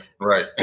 Right